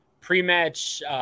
pre-match